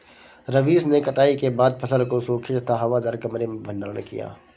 रवीश ने कटाई के बाद फसल को सूखे तथा हवादार कमरे में भंडारण किया